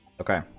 Okay